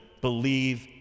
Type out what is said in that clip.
believe